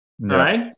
Right